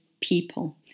people